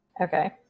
Okay